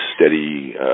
steady